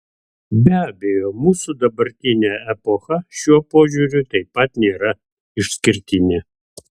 be abejo mūsų dabartinė epocha šiuo požiūriu taip pat nėra išskirtinė